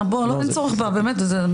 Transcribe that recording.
ברשותך.